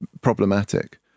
problematic